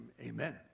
amen